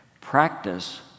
Practice